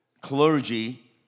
clergy